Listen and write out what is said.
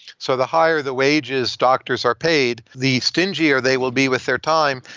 so the higher the wages doctors are paid, the stingier they will be with their time.